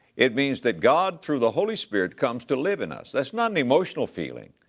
it means that god through the holy spirit comes to live in us that's not an emotional feeling.